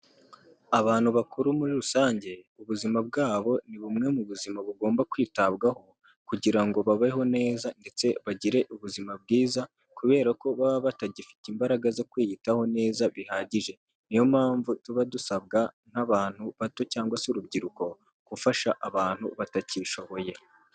Abantu bakuru muri rusange ubuzima bwabo ni bumwe mu buzima bugomba kwitabwaho kugira ngo babeho neza ndetse bagire ubuzima bwiza kubera ko baba batagifite imbaraga zo kwiyitaho neza bihagije, niyo mpamvu tuba dusabwa nk'abantu bato cyangwa se urubyiruko gufasha abantu batakishoboye.